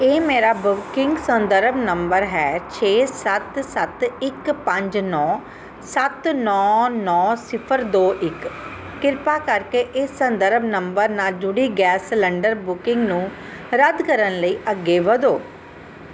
ਇਹ ਮੇਰਾ ਬੁਕਿੰਗ ਸੰਦਰਭ ਨੰਬਰ ਹੈ ਛੇ ਸੱਤ ਸੱਤ ਇੱਕ ਪੰਜ ਨੌਂ ਸੱਤ ਨੌਂ ਨੌਂ ਸਿਫਰ ਦੋ ਇੱਕ ਕਿਰਪਾ ਕਰਕੇ ਇਸ ਸੰਦਰਭ ਨੰਬਰ ਨਾਲ ਜੁੜੀ ਗੈਸ ਸਿਲੰਡਰ ਬੁਕਿੰਗ ਨੂੰ ਰੱਦ ਕਰਨ ਲਈ ਅੱਗੇ ਵਧੋ